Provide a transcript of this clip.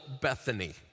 Bethany